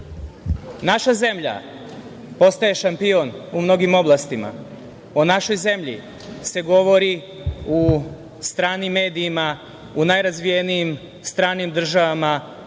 naša zemlja postaje šampion u mnogim oblastima. O našoj zemlji se govori u stranim medijima, u najrazvijenim stranim državama